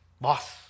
boss